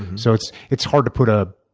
and so it's it's hard to put a